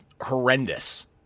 horrendous